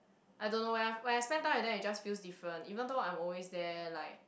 I don't know when I when I spend time with them it just feels different even though I'm always there like